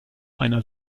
einer